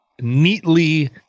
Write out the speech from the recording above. neatly-